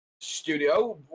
studio